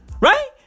Right